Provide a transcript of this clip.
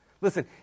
Listen